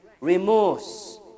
remorse